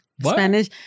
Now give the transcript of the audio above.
Spanish